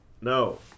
No